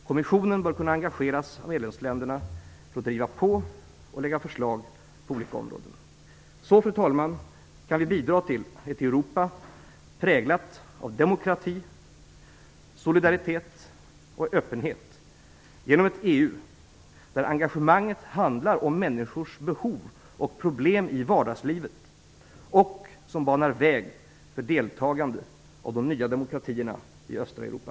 Kommissionen bör kunna engageras av medlemsländera för att driva på och lägga fram förslag på olika områden. Så, fru talman, kan vi bidra till ett Europa präglat av demokrati, solidaritet och öppenhet - genom ett EU där engagemanget handlar om människors behov och problem i vardagslivet och som banar väg för deltagande av de nya demokratierna i östra Europa.